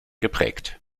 geprägt